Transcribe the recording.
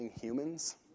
humans